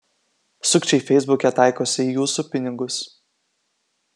sukčiai feisbuke taikosi į jūsų pinigus